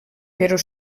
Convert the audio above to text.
però